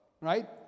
Right